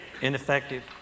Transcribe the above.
ineffective